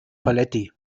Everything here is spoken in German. paletti